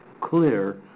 clear